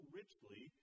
richly